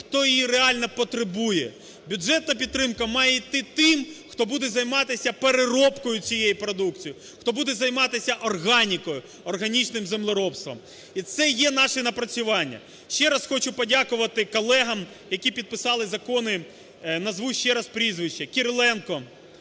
хто її реально потребує. Бюджетна підтримка має йти тим, хто буде займатися переробкою цієї продукції, хто буде займатися органікою, органічним землеробством. І це є наші напрацювання. Ще раз хочу подякувати колегам, які підписали закони. Назву ще раз прізвища: Кириленко,